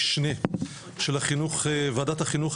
אנחנו בישיבת הפתיחה של ועדת המשנה של ועדת החינוך,